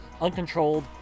uncontrolled